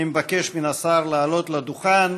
אני מבקש מן השר לעלות לדוכן.